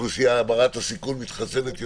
האוכלוסייה ברת הסיכון מתחסנת יותר,